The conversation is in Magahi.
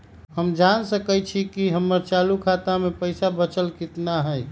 हम जान सकई छी कि हमर चालू खाता में पइसा बचल कितना हई